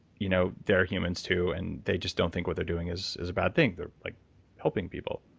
you know they're humans too, and they just don't think what they're doing is is a bad thing. they're like helping people.